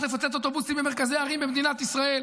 לפוצץ אוטובוסים במרכזי ערים במדינת ישראל.